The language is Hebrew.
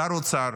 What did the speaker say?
שר האוצר,